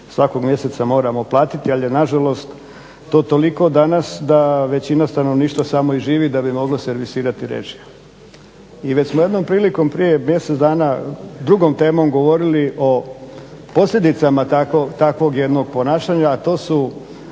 svakog mjeseca moramo platiti, ali je nažalost to toliko danas da većina stanovništva samo i živi da bi mogla servisirati režije. I već smo jednom prilikom prije mjesec dana drugom temom govorili o posljedicama takvog jednog ponašanja a to su